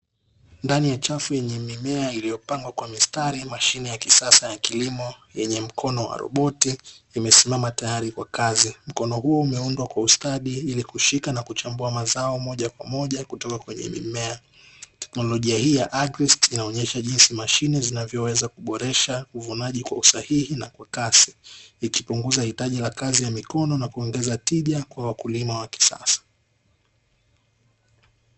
Ndani ya chafu yenye mimea ilipandwa kwa mistari kwa mashine ya kisasa ya kilimo yenye mkono madhubuti, imesimama tayari kwa kazi, mkono huu umeundwa kwa ustadi ili kushika na kuchambua mazao moja kwa moja kutoka kwenye mimea. Teknolojia hii ya "Agrist" inaonyesha jinsi mashine zinavyoweza kuboresha uvunaji kwa usahihi na kwa kasi ikipunguza hitaji la kazi ya mikono na kuongeza tija kwa wakulima wa kisasa.